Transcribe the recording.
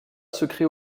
secret